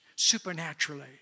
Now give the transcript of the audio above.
Supernaturally